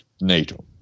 NATO